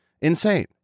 insane